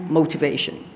motivation